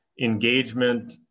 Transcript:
engagement